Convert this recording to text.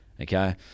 Okay